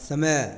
समय